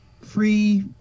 free